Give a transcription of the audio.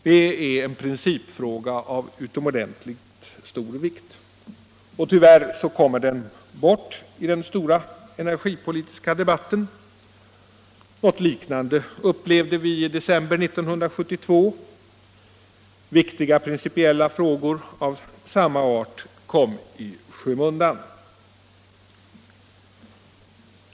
Det är en principfråga av utomordentligt stor vikt. Tyvärr kommer den bort i den stora energipolitiska debatten. Något liknande upplevde vi i december 1972. Viktiga principiella frågor av samma art kom då i skymundan.